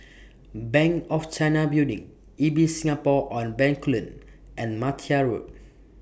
Bank of China Building Ibis Singapore on Bencoolen and Martia Road